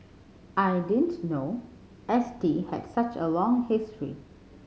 I didn't know S T had such a long history